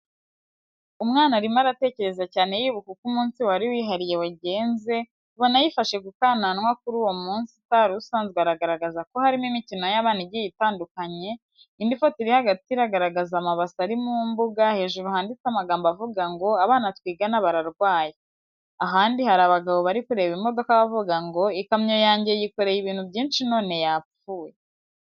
Umwana arimo aratekereza cyane yibuka uko umunsi wari wihariye wagenze, ubona yifashe ku kananwa, kuri uwo munsi utari usanzwe aragaragaza ko harimo imikino y'abana igiye itandukanye, indi foto iri hagati iragaragaza amabase ari mu mbuga hejuru handitse amagambo avuga ngo: "Abana twigana bararwaye". Ahandi hari abagabo bari kureba imodoka bavuga ngo "ikamyo yanjye yikoreye ibintu byinshi none yapfuye".